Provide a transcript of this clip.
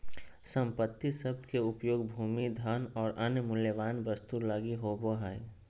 संपत्ति शब्द के उपयोग भूमि, धन और अन्य मूल्यवान वस्तु लगी होवे हइ